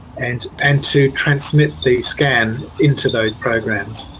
and and to transmit the scan into those programs.